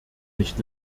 nicht